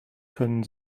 können